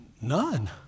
none